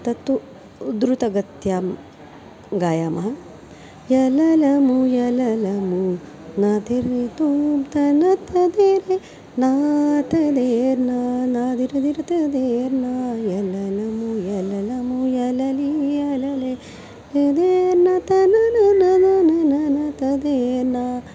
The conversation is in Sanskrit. तत्तु उद्धृतगत्यां गायामः यललमुयललमु नादिर् तोम्तन तदिरि ना तदीर्ना नादिर् दिर् दिर् दीर्ना यललमु यललमु यललीयलले यदेर्न तन नननननन तदेना